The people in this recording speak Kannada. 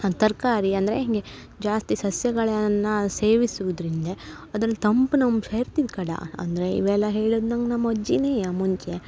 ತರಕಾರಿ ಅಂದರೆ ಹೀಗೆ ಜಾಸ್ತಿ ಸಸ್ಯಗಳನ್ನು ಸೇವಿಸುವುದ್ರಿಂದ ಅದ್ರಲ್ಲಿ ತಂಪ್ನ ಅಂಶ ಇರ್ತಿತ್ತು ಕಡ ಅಂದರೆ ಇವೆಲ್ಲ ಹೇಳಿದ್ ನಂಗೆ ನಮ್ಮ ಅಜ್ಜಿನೇ ಮುಂಚೆ